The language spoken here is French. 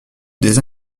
des